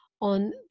on